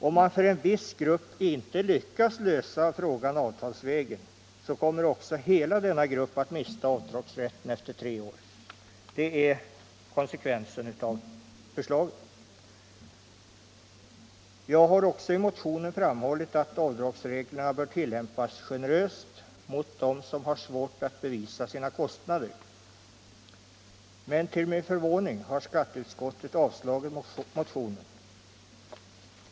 Om man för en viss grupp inte lyckas lösa frågan avtalsvägen kommer också hela denna grupp att mista avdragsrätten efter tre år. Det är konsekvensen av förslaget. Jag har också i den motion som jag väckt framhållit att avdragsreglerna bör tillämpas generöst mot dem som har svårt att bevisa sina kostnader. Men till min förvåning har skatteutskottet avstyrkt motionen.